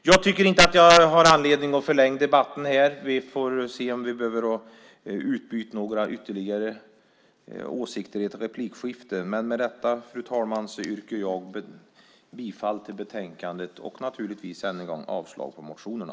Jag tycker inte att jag har anledning att förlänga denna debatt. Vi får se om vi behöver utbyta några ytterligare åsikter i ett replikskifte. Med detta yrkar jag bifall till förslaget i betänkandet och naturligtvis än en gång avslag på motionerna.